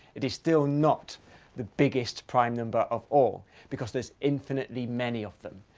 it is still not the biggest prime number of all. because there's infinitely many of them.